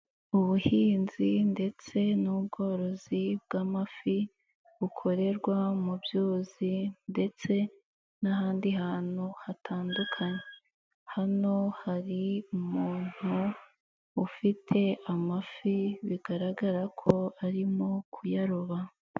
Ubuhinzi ndetse n'ubworozi bw'amafi bukorerwa mu byuzi ndetse n'ahandi hantu hatandukanye, hano hari umuntu ufite amafi bigaragara ko arimo kuyaroba.